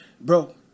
Bro